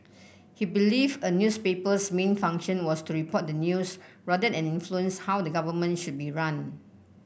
he believed a newspaper's main function was to report the news rather than influence how the government should be run